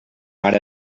mar